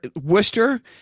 Worcester